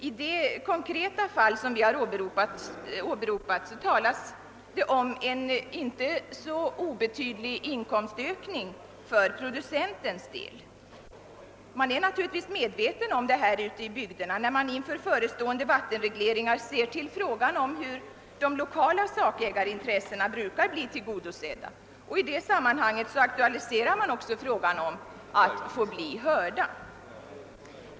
I det konkreta fall som vi har åberopat talas det om en icke obetydlig inkomstökning för producenten. Man är ute i bygderna naturligtvis medveten om detta förhållande när man inför förestående vattenregleringar diskuterar frågan hur de lokala sakägarintressena brukar bli tillgodosedda och i detta sammanhang också aktualiserar ett önskemål om att få bli hörda.